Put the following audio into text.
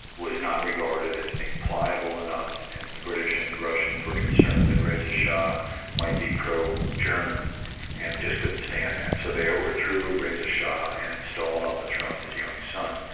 was not regarded as being pliable enough ah and the british and the russians were concerned that reza shah might be pro-german, and just couldn't stand that, so they overthrew reza shah and installed on the throne his young son.